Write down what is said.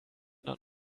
not